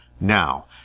Now